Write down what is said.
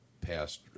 past